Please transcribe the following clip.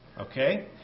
Okay